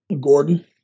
Gordon